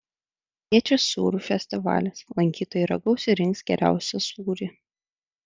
kviečia sūrių festivalis lankytojai ragaus ir rinks geriausią sūrį